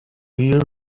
you